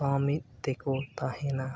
ᱥᱟᱶ ᱢᱤᱫ ᱛᱮᱠᱚ ᱛᱟᱦᱮᱱᱟ